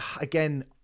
again